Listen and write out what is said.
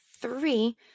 three